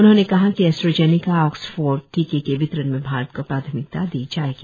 उन्होंने कहा कि एस्ट्राजेनेका ऑक्सफॉर्ड टीके के वितरण में भारत को प्राथमिकता दी जाएगी